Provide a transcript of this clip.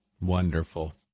Wonderful